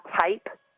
type